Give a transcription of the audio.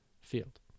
field